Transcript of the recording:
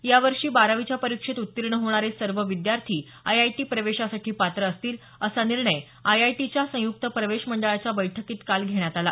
यावर्षी बारावीच्या परीक्षेत उत्तीर्ण होणारे सर्व विद्यार्थी आयआयटी प्रवेशासाठी पात्र असतील असा निर्णय आयआयटीच्या संयुक्त प्रवेश मंडळाच्या बैठकीत काल घेण्यात आला